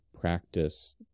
practice